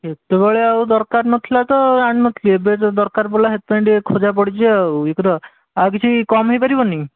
ସେତେବେଳେ ଆଉ ଦରକାର ନଥିଲା ତ ଅଣିନଥିଲି ଏବେ ଯେଉଁ ଦରକାର ପଡ଼ିଲା ସେତିପାଇଁ ଟିକିଏ ଖୋଜା ପଡ଼ିଛି ଆଉ ଏଇପରା ଆଉ କିଛି କମ୍ ହୋଇପାରିବନି